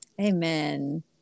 Amen